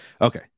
Okay